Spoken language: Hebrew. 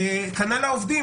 כנ"ל העובדים.